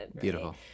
Beautiful